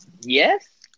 Yes